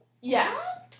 Yes